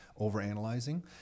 overanalyzing